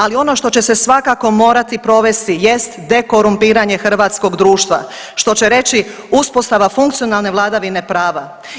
Ali ono što će se svakako morati provesti jest dekorumpiranje hrvatskog društva, što će reći uspostava funkcionalne vladavine prava.